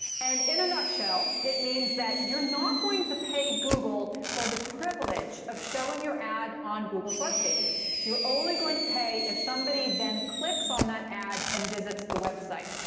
and in a nutshell, it means that you're not going to pay google for the privilege of showing your ad on google's web pages. you're only going to pay if somebody then clicks on that ad and visits the website.